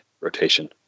rotation